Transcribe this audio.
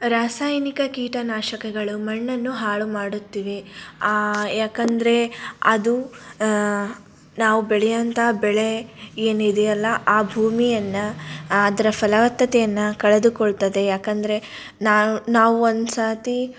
ರಾಸಾಯನಿಕ ಕೀಟನಾಶಕಗಳು ಮಣ್ಣನ್ನು ಹಾಳು ಮಾಡುತ್ತಿವೆ ಏಕಂದ್ರೆ ಅದು ನಾವು ಬೆಳೆಯೋಂಥ ಬೆಳೆ ಏನಿದೆಯಲ್ಲ ಆ ಭೂಮಿಯನ್ನು ಅದರ ಫಲವತ್ತತೆಯನ್ನು ಕಳೆದುಕೊಳ್ತದೆ ಏಕಂದ್ರೆ ನಾವು ನಾವು ಒಂದು ಸರ್ತಿ